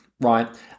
right